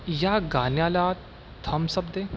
ह्या गाण्याला thumbs up दे